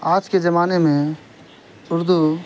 آج کے زمانے میں اردو